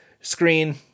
screen